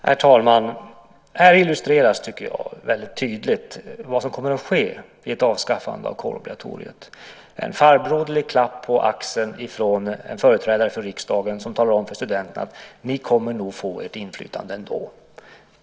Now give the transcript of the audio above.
Herr talman! Här illustreras väldigt tydligt, tycker jag, vad som kommer att ske vid ett avskaffande av kårobligatoriet: en farbroderlig klapp på axeln från en företrädare för riksdagen som talar om för studenterna att de nog kommer att få ett inflytande ändå.